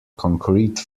concrete